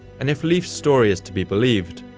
and if leif's story is to be believed,